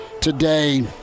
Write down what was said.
today